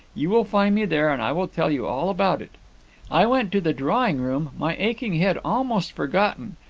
you will find me there, and i will tell you all about it i went to the drawing-room, my aching head almost forgotten.